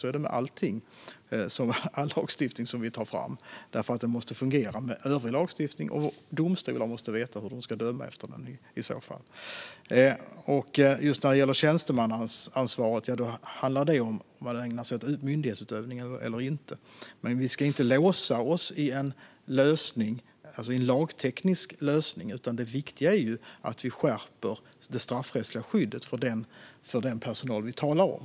Så är det med all lagstiftning som vi tar fram, för den måste fungera med övrig lagstiftning, och domstolar måste veta hur de ska döma. Tjänstemannastatus handlar om ifall man ägnar sig åt myndighetsutövning eller inte. Vi ska dock inte låsa oss i en lagteknisk lösning, utan det viktiga är att vi skärper det straffrättsliga skyddet för den personal vi talar om.